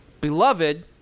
Beloved